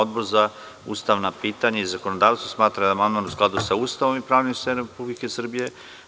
Odbor za ustavna pitanja i zakonodavstvo smatra da je amandman u skladu sa Ustavom i pravnim sistemom Republike Srbije.